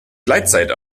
gleitzeit